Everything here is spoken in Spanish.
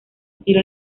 estilo